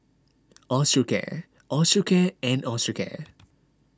Osteocare Osteocare and Osteocare